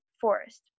forest